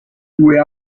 due